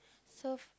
serve